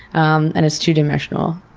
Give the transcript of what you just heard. um and it's two dimensional.